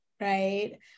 right